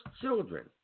children